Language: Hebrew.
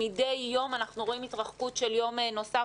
מדי יום אנחנו רואים התרחקות של יום נוסף